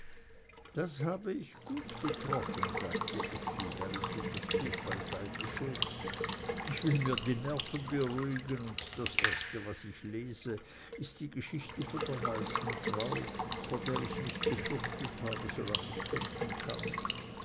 das hab ich gut getroffen sagte effi während sie das buch beiseite schob ich will mir die nerven beruhigen und das erste was ich lese ist die geschichte von der weißen frau vor der ich mich gefürchtet habe solange ich denken kann